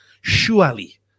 surely